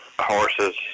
horses